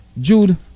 Jude